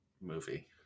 movie